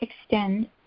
extend